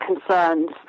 concerns